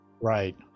right